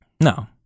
No